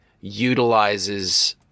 utilizes